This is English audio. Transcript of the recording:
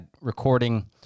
recording